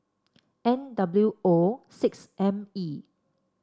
N W O six M E